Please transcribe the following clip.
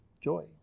joy